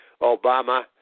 Obama